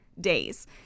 days